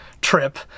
trip